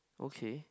okay